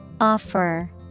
Offer